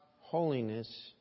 holiness